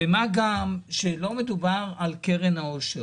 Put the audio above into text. גם לא מדובר כאן על קרן העושר.